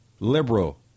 Liberal